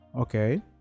okay